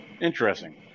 Interesting